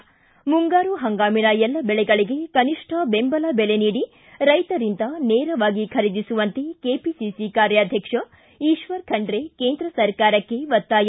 ಿ ಮುಂಗಾರು ಹಂಗಾಮಿನ ಎಲ್ಲ ಬೆಳೆಗಳಿಗೆ ಕನಿಷ್ಟ ಬೆಂಬಲ ಬೆಲೆ ನೀಡಿ ರೈತರಿಂದ ನೇರವಾಗಿ ಖರೀದಿಸುವಂತೆ ಕೆಪಿಸಿಸಿ ಕಾರ್ಯಾಧ್ವಕ್ಷ ಈಶ್ವರ ಖಂಡ್ರೆ ಕೇಂದ್ರ ಸರ್ಕಾರಕ್ಕೆ ಒತ್ತಾಯ